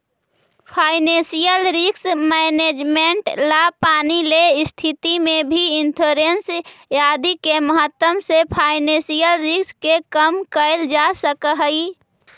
financial risk management ला पानी ले स्थिति में भी इंश्योरेंस आदि के माध्यम से फाइनेंशियल रिस्क के कम कैल जा सकऽ हई